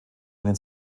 einen